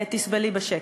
תסבלי בשקט.